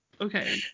okay